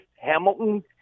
Hamilton